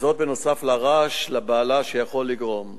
וזאת נוסף על הרעש, הבהלה שהוא יכול לגרום.